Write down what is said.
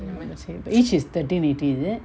the inch is thirteen eighty is it